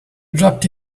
dropped